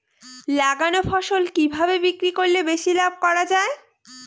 লাগানো ফসল কিভাবে বিক্রি করলে বেশি লাভ করা যায়?